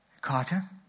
Carter